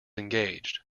engaged